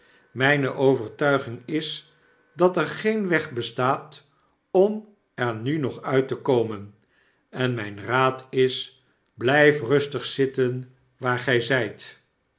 myne overtuiging is dat er geen weg bestaat om er nu nog uit te komen en myn raad is blyf rustig zitten waar gy zyt